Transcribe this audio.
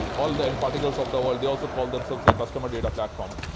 all the mparticles of the world, they also call themselves a customer data platform.